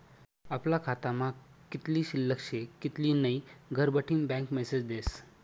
आपला खातामा कित्ली शिल्लक शे कित्ली नै घरबठीन बँक मेसेज देस